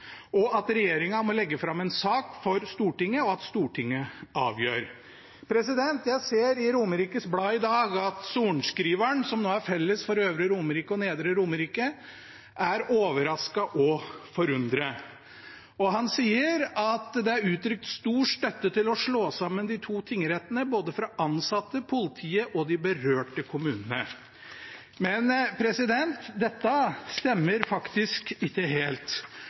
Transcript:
og at regjeringen må legge fram en sak for Stortinget, og at Stortinget avgjør. Jeg ser i Romerikes Blad i dag at sorenskriveren, som nå er felles for Øvre Romerike og Nedre Romerike, er overrasket og forundret. Han sier at det er uttrykt stor støtte til å slå sammen de to tingrettene fra både ansatte, politiet og de berørte kommunene. Dette stemmer faktisk ikke helt.